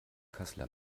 kassler